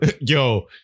yo